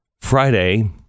Friday